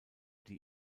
die